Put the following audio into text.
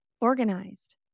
organized